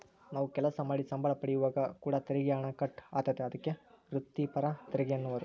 ನಾವು ಕೆಲಸ ಮಾಡಿ ಸಂಬಳ ಪಡೆಯುವಾಗ ಕೂಡ ತೆರಿಗೆ ಹಣ ಕಟ್ ಆತತೆ, ಅದಕ್ಕೆ ವ್ರಿತ್ತಿಪರ ತೆರಿಗೆಯೆನ್ನುವರು